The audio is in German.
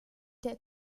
der